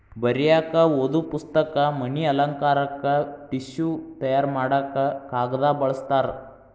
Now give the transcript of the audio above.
ಬರಿಯಾಕ ಓದು ಪುಸ್ತಕ, ಮನಿ ಅಲಂಕಾರಕ್ಕ ಟಿಷ್ಯು ತಯಾರ ಮಾಡಾಕ ಕಾಗದಾ ಬಳಸ್ತಾರ